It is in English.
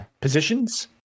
positions